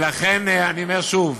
ולכן, אני אומר שוב: